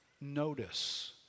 notice